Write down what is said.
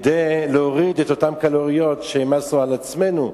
כדי להוריד את אותן קלוריות שהעמסנו על עצמנו.